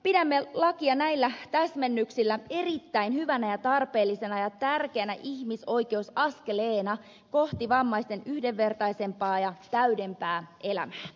pidämme lakia näillä täsmennyksillä erittäin hyvänä ja tarpeellisena ja tärkeänä ihmisoikeusaskeleena kohti vammaisten yhdenvertaisempaa ja väljempää elämys